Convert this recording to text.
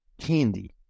candy